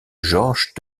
georges